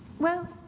well.